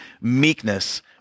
meekness